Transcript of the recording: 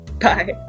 Bye